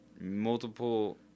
multiple